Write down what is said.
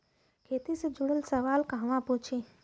खेती से जुड़ल सवाल कहवा पूछी?